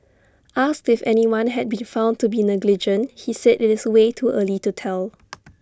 asked if anyone had been found to be negligent he said IT is way too early to tell